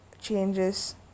changes